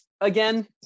Again